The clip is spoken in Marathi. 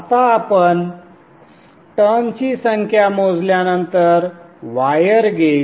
आता आपण टर्न्सची संख्या मोजल्यानंतर वायर गेज